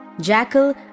Jackal